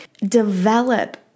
develop